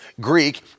Greek